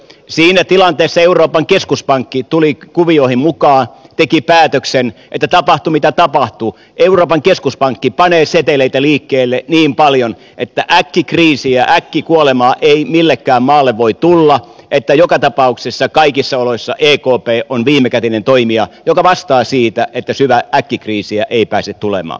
siinä tilanteessa euroopan keskuspankki tuli kuvioihin mukaan teki päätöksen että tapahtui mitä tapahtui euroopan keskuspankki panee seteleitä liikkeelle niin paljon että äkkikriisiä äkkikuolemaa ei millekään maalle voi tulla että joka tapauksessa kaikissa oloissa ekp on viimekätinen toimija joka vastaa siitä että syvää äkkikriisiä ei pääse tulemaan